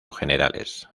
generales